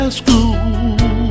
school